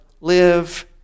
live